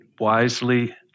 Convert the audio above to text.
wisely